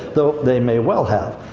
though they may well have.